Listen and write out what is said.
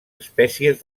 espècies